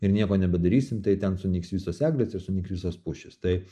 ir nieko nebedarysim tai ten sunyks visos eglės ir sunyks visos pušys tai